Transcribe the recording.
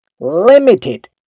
limited